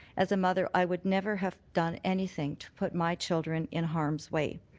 as a mother i would never have done anything to put my children in harm's way.